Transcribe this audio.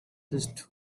this